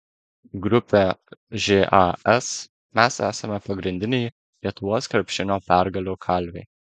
grupė žas mes esame pagrindiniai lietuvos krepšinio pergalių kalviai